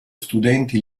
studenti